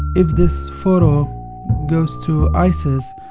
if this photo goes to isis,